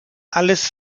alles